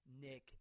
Nick